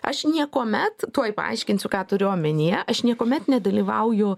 aš niekuomet tuoj paaiškinsiu ką turiu omenyje aš niekuomet nedalyvauju